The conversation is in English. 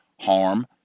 harm